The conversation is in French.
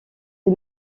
est